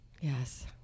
Yes